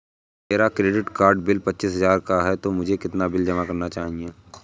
अगर मेरा credit card bill पच्चीस हजार का है तो मुझे कितना बिल जमा करना चाहिए?